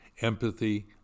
empathy